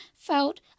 felt